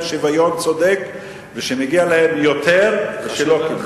שוויון צודק ושמגיע להם יותר ושלא קיבלו.